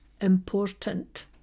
important